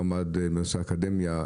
הוא עמד בנושא אקדמיה,